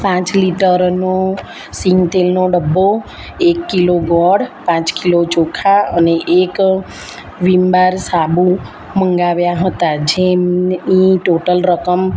પાંચ લિટરનો સિંગ તેલનો ડબ્બો એક કિલો ગોળ પાંચ કિલો ચોખા અને એક વિમ બાર સાબુ મગાવ્યાં હતાં જેમ ઈ ટોટલ રકમ